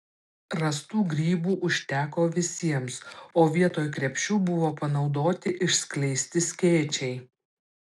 rastų grybų užteko visiems o vietoj krepšių buvo panaudoti išskleisti skėčiai